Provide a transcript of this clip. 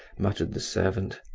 muttered the servant.